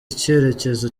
icyerekezo